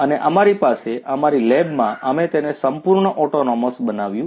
અને અમારી પાસે અમારી લેબમાં અમે તેને સંપૂર્ણ ઓટોનોમસ બનાવ્યું છે